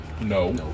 No